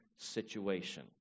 situation